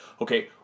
Okay